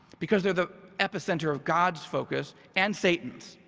because they're the epicenter of god's focus and satan's.